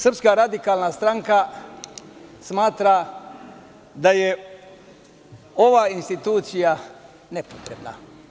Srpska Radikalna Stranka smatra da je ova institucija nepotrebna.